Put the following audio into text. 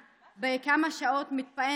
אבל כל מי שעובר כאן לכמה שעות מתפעם